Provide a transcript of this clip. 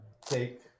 Take